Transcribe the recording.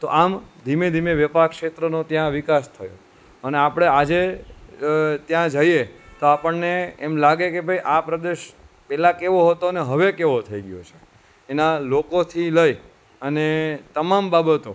તો આમ ધીમે ધીમે ત્યાં વેપાર ક્ષેત્રનો વિકાસ થયો અને આજે આપણે ત્યાં જઈએ તો આપણને એમ લાગે કે ભાઈ આ પ્રદેશ પહેલાં કેવો હતો ને હવે કેવો થઈ ગયો છે એના લોકોથી લઈ અને તમામ બાબતો